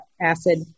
acid